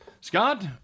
Scott